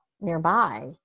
nearby